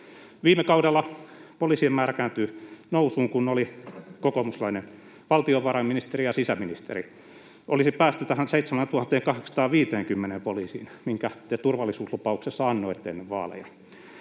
Viime kaudella poliisien määrä kääntyi nousuun, kun oli kokoomuslainen valtiovarainministeri ja sisäministeri. Olisi päästy tähän 7 850 poliisiin, minkä turvallisuuslupauksen te annoitte ennen vaaleja.